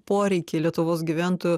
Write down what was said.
poreikį lietuvos gyventojų